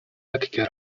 lekkie